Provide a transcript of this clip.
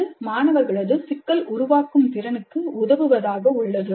இது மாணவர்களது சிக்கல் உருவாக்கும் திறனுக்கு உதவுவதாக உள்ளது